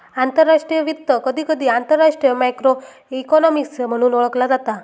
आंतरराष्ट्रीय वित्त, कधीकधी आंतरराष्ट्रीय मॅक्रो इकॉनॉमिक्स म्हणून ओळखला जाता